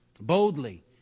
Boldly